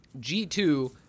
g2